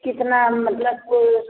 कितना मतलब कि